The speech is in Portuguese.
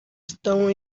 estão